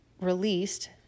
released